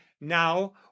now